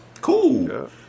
Cool